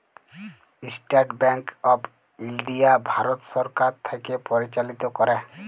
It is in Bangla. State Bank of India Bharat সরকার থ্যাকে পরিচালিত ক্যরে